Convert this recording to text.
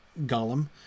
Gollum